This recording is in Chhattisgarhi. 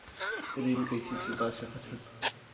ऋण कइसे चुका सकत हन?